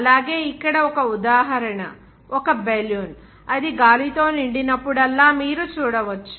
అలాగేఇక్కడ ఒక ఉదాహరణ ఒక బెలూన్ అది గాలితో నిండినప్పుడల్లా మీరు చూడవచ్చు